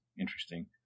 interesting